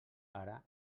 ara